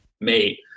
mate